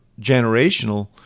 generational